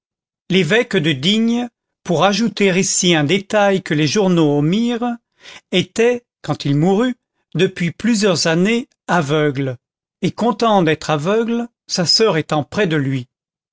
l'évêque de digne pour ajouter ici un détail que les journaux omirent était quand il mourut depuis plusieurs années aveugle et content d'être aveugle sa soeur étant près de lui